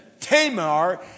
Tamar